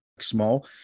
small